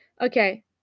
okay